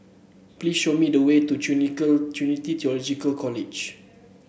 please show me the way to Trinity Theological College